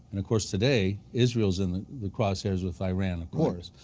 and of course today israel is in the crosshairs with iran. of course.